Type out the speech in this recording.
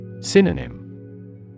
Synonym